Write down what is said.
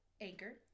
Anchor